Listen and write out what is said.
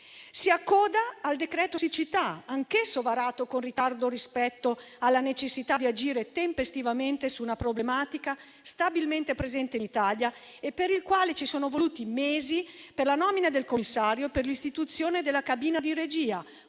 Si accoda al decreto siccità, anch'esso varato con ritardo rispetto alla necessità di agire tempestivamente su una problematica stabilmente presente in Italia e per il quale ci sono voluti mesi per la nomina del commissario e per l'istituzione della cabina di regia,